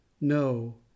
no